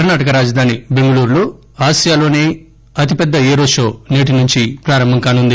కర్ణాటక రాజధాని బెంగుళూరులో ఆసియాలోనే అతిపెద్ద ఏరో పో నేటి నుంచి ప్రారంభం కానుంది